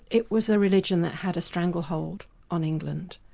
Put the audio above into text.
it was a religion that had a stranglehold on england.